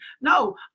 No